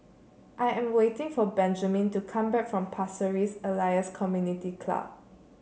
I am waiting for Benjamin to come back from Pasir Ris Elias Community Club